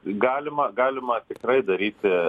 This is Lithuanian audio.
galima galima tikrai daryti